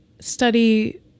study